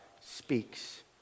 speaks